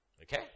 Okay